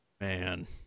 Man